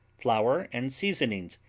flour and seasonings.